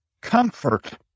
comfort